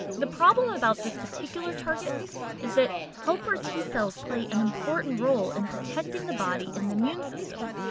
the problem about this particular target is that helper t cells play an important role in protecting the body in the immune system.